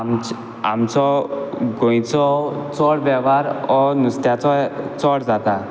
आमचे आमचो गोंयचो चड वेव्हार हो नुस्त्याचो चड जाता